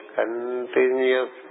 continuous